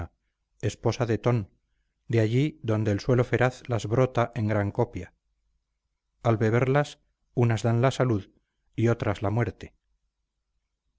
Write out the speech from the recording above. esposa de ton de allí donde el suelo feraz las brota en gran copia al beberlas unas dan la salud y otras la muerte